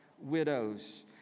widows